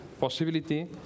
possibility